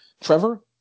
Trevor